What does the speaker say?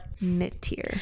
mid-tier